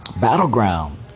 battleground